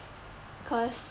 cause